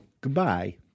goodbye